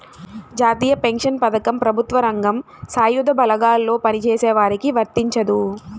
జాతీయ పెన్షన్ పథకం ప్రభుత్వ రంగం, సాయుధ బలగాల్లో పనిచేసే వారికి వర్తించదు